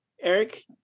Eric